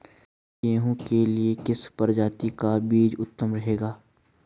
गेहूँ के लिए किस प्रजाति का बीज उत्तम रहेगा?